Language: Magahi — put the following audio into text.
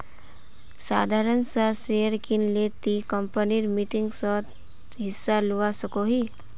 साधारण सा शेयर किनले ती कंपनीर मीटिंगसोत हिस्सा लुआ सकोही